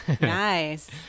nice